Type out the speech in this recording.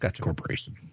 Corporation